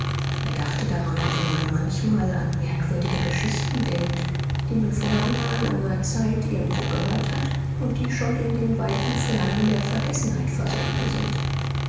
er dachte daran wie man manchmal an merkwürdige geschichten denkt die man vor langer langer zeit irgendwo gehört hat und die schon in den weiten fernen der vergessenheit versunken sind